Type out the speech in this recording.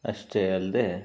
ಅಷ್ಟೇ ಅಲ್ಲದೇ